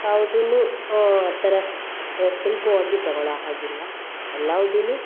ಯಾವುದನ್ನೂ ಆ ಥರ ಅವ್ರು ಸುಲಭವಾಗಿ ತಗೊಳ್ಳೋ ಹಾಗಿಲ್ಲ ಎಲ್ಲಾದುನ್ನು